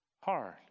hard